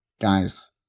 guys